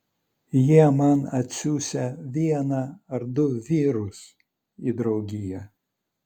jie man atsiųsią vieną ar du vyrus į draugiją